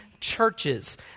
churches